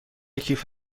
کیف